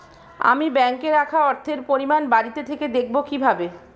আমি ব্যাঙ্কে রাখা অর্থের পরিমাণ বাড়িতে থেকে দেখব কীভাবে?